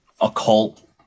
occult